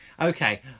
Okay